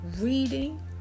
reading